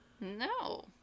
No